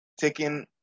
taking